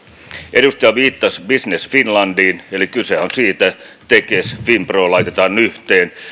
edustaja viittasi business finlandiin eli kysehän on siitä että tekes ja finpro laitetaan yhteen